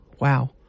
wow